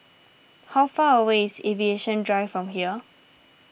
how far away is Aviation Drive from here